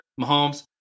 Mahomes